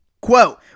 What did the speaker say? quote